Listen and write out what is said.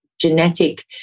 genetic